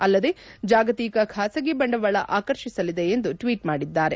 ಅಲ್ಲದೆ ಜಾಗತಿಕ ಖಾಸಗಿ ಬಂಡವಾಳ ಆಕರ್ಷಿಸಲಿದೆ ಎಂದು ಟ್ಟೀಟ್ ಮಾಡಿದ್ದಾರೆ